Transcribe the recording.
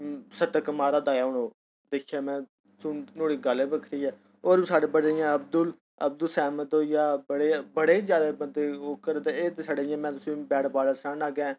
शतक मारा दा ऐ हून ओह् दिक्खेआ में नुआढ़ी गल्ल गै बक्खरी ऐ होर साढ़े बड़े ऐं अब्दुल अब्दुल सहमद होई आ बड़े बड़े गै जादा बंदे होर खेलदे एह् ते में छड़े तु'सेंई बैट बॉल सनानां